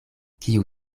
kiu